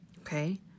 okay